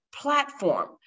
platform